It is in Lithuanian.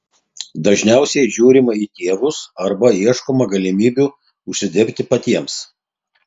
dažniausiai žiūrima į tėvus arba ieškoma galimybių užsidirbti patiems